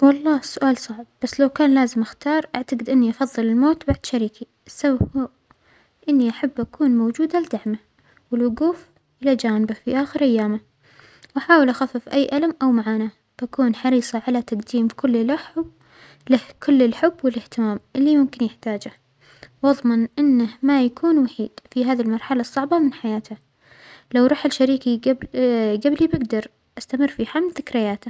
والله سؤال صعب بس لو لازم أختار أعجد إنى أفظل الموت بعد شريك ، السبب هو إنى أحب أكون موجودة لدعمه والوجوف إلى جانبه في آخر أيامة وأحاول أخفف أى ألم أو معاناه، بكون حريصة على تجديم كل الحو له كل الحب والإهتمام اللى ممكن يحتاجه، وأظمن أنه ما يكون وحيد في هذه المرحلة الصعبة من حياته، لو رحل شريكى جب جبلى بجدر أستمر في حمل ذكرياته.